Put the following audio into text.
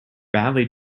badly